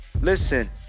Listen